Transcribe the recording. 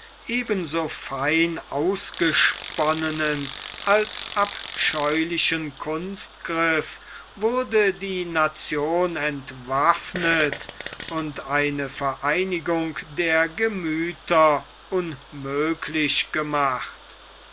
so fein ausgesonnenen als abscheulichen kunstgriff wurde die nation entwaffnet und eine vereinigung der gemüther unmöglich gemacht